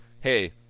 hey